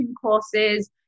courses